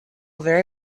very